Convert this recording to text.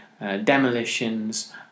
demolitions